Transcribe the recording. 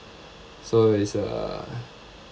so he's a